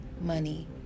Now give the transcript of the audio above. money